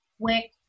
quick